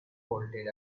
bolted